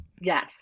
Yes